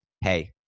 hey